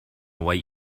white